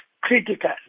critical